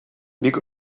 бик